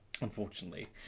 unfortunately